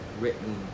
written